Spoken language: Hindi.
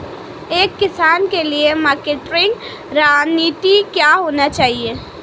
एक किसान के लिए मार्केटिंग रणनीति क्या होनी चाहिए?